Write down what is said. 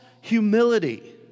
humility